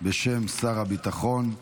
בשם שר הביטחון,